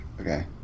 Okay